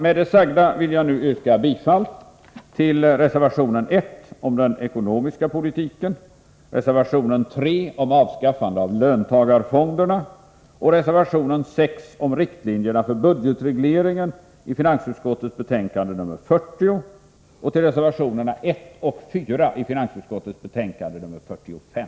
Med det sagda vill jag nu yrka bifall till reservation nr 1 om den ekonomiska politiken, reservation nr 3 om avskaffande av löntagarfonderna och reservation nr 6 om riktlinjerna för budgetregleringen i finansutskottets betänkande nr 40 och till reservationerna 1 och 4-:i finansutskottets betänkande nr 45.